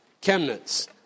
Chemnitz